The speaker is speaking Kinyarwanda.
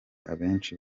abenshi